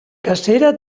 cacera